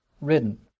ridden